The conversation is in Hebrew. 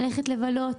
ללכת לבלות,